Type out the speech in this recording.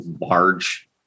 large